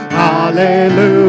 hallelujah